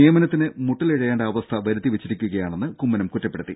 നിയമനത്തിന് മുട്ടിലിഴയേണ്ട അവസ്ഥ വരുത്തിവെച്ചിരി ക്കുകയാണെന്നും കുമ്മനം കുറ്റപ്പെടുത്തി